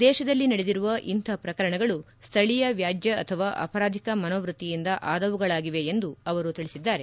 ದೇಶದಲ್ಲಿ ನಡೆದಿರುವ ಇಂಥ ಪ್ರಕರಣಗಳು ಸ್ವಳೀಯ ವ್ಯಾಜ್ಯ ಅಥವಾ ಅಪರಾಧಿಕ ಮನೋವೃತ್ತಿಯಿಂದ ಆದವುಗಳಾಗಿವೆ ಎಂದು ಅವರು ತಿಳಿಸಿದ್ದಾರೆ